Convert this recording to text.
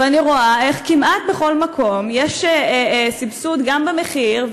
ואני רואה איך כמעט בכל מקום יש סבסוד גם במחיר,